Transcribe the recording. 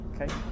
Okay